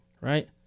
Right